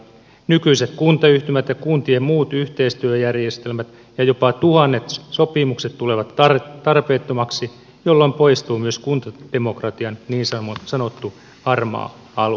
nykyiset kuntayhtymät ja kuntien muut yhteistyöjärjestelmät ja jopa tuhannet sopimukset tulevat tarpeettomaksi jolloin poistuu myös kuntademokratian niin sanottu harmaa alue